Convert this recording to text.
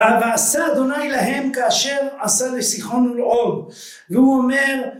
"ועשה יהוה להם כאשר עשה לסיחון ולעוג", והוא אומר...